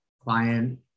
client